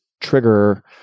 trigger